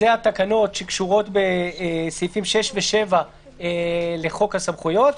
זה התקנות שקשורות בסעיפים 6 ו-7 לחוק הסמכויות,